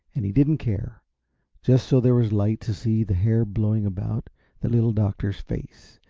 and he didn't care just so there was light to see the hair blowing about the little doctor's face,